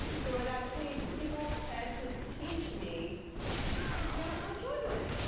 so when i got clean, people had to teach me how to parent my children.